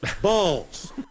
balls